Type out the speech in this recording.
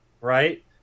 Right